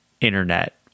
internet